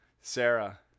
sarah